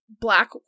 black